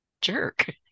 jerk